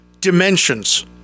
dimensions